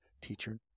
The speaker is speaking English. teacher